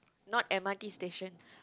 not m_r_t station